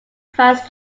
finds